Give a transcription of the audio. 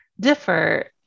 differ